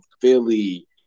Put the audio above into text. Philly